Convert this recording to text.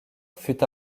fut